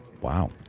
Wow